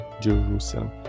Jerusalem